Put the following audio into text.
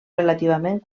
relativament